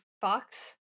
Fox